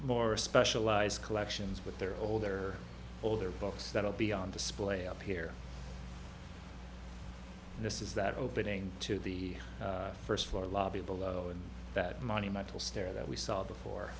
more specialized collections with their older older books that will be on display up here this is that opening to the first floor lobby below that money metal stair that we saw before